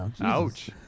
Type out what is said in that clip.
Ouch